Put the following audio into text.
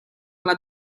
alla